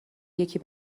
یکی